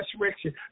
resurrection